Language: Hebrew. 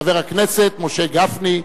חבר הכנסת משה גפני.